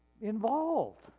involved